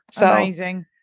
Amazing